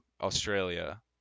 Australia